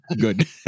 good